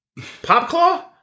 Popclaw